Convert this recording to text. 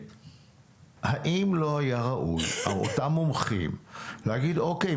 האם לא היה ראוי שאותם מומחים יגידו: אוקיי,